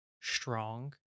strong